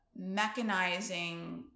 mechanizing